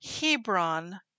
Hebron